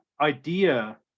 idea